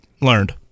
learned